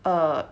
uh